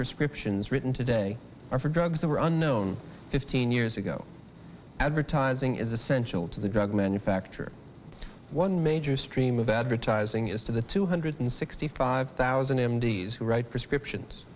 prescriptions written today are for drugs that were unknown fifteen years ago advertising is essential to the drug manufacturer one major stream of advertising is to the two hundred sixty five thousand m d s who write prescriptions